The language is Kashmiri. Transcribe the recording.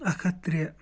اکھ ہَتھ ترٛےٚ